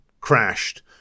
crashed